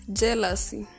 jealousy